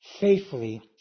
faithfully